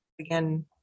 again